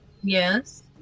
yes